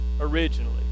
originally